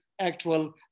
actual